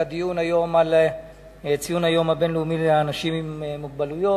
הדיון לציון היום הבין-לאומי לאנשים עם מוגבלויות.